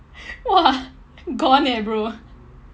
!wah! gone eh bro